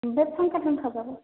आमफ्राय फांखा थांखाफ्राबो